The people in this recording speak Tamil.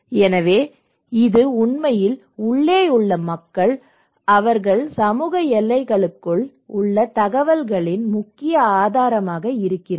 எனவே இது உண்மையில் உள்ளேயுள்ள மக்கள் அவர்கள் சமூக எல்லைகளுக்குள் உள்ள தகவல்களின் முக்கிய ஆதாரமாக இருக்கிறார்கள்